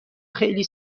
خیلی